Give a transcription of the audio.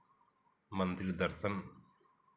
मंदिर दर्शन